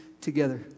together